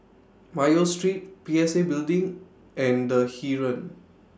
Mayo Street P S A Building and The Heeren